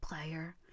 player